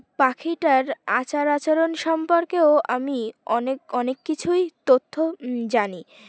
পাখিটার আচার আচরণ সম্পর্কেও আমি অনেক অনেক কিছুই তথ্য জানি